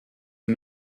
and